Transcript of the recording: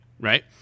right